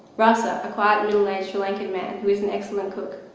rasa, a quiet middle aged sri-lankan man who is an excellent cook.